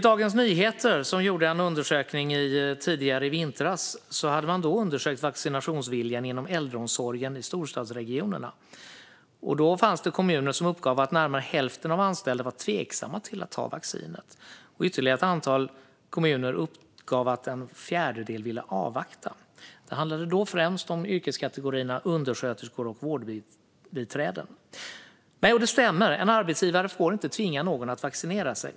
Dagens Nyheter gjorde en undersökning i vintras om vaccinationsviljan inom äldreomsorgen i storstadsregionerna. Den undersökningen visade att det då fanns kommuner som uppgav att närmare hälften av de anställda var tveksamma till att ta vaccinet. Ytterligare ett antal kommuner uppgav att en fjärdedel ville avvakta. Det handlade då främst om yrkeskategorierna undersköterskor och vårdbiträden. Det stämmer att en arbetsgivare inte får tvinga någon att vaccinera sig.